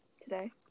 today